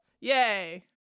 Yay